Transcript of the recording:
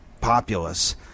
populace